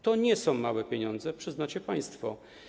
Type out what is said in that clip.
To nie są małe pieniądze, przyznacie państwo.